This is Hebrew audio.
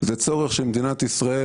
זה צורך של מדינת ישראל.